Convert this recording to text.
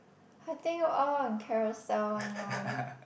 I think all on Carousell one lor